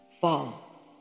fall